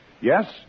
Yes